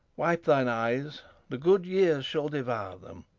wipe thine eyes the goodyears shall devour them,